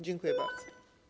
Dziękuję bardzo.